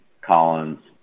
Collins